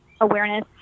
awareness